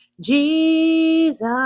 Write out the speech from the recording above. Jesus